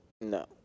No